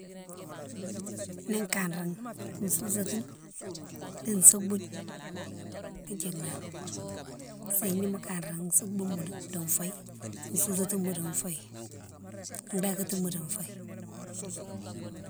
Ni kanréghi sousa tine di souboune, fé yike nani, séyima ni mo kanréghi soubouma di fouye, sousatima di fouye, dakatima di fouye.